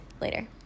Later